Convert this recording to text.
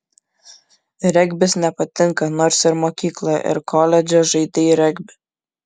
regbis nepatinka nors ir mokykloje ir koledže žaidei regbį